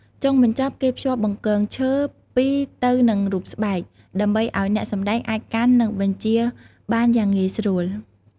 ចុងបញ្ចប់ គេភ្ជាប់បង្គងឈើពីរទៅនឹងរូបស្បែក ដើម្បីឱ្យអ្នកសម្តែងអាចកាន់ និងបញ្ជាបានយ៉ាងងាយស្រួល។